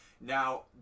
now